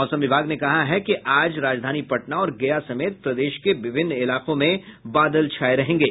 मौसम विभाग ने कहा है कि आज राजधानी पटना और गया समेत प्रदेश के विभिन्न इलाकों में बादल छाये रहेंगे